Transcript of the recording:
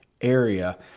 area